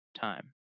time